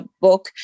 book